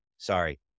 sorry